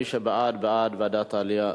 מי שבעד, בעד ועדת החינוך,